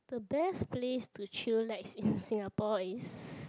the best place to chillax in Singapore is